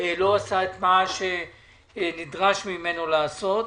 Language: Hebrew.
לא עשה את מה שנדרש ממנו לעשות.